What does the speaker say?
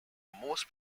most